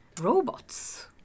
robots